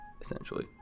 essentially